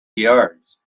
yards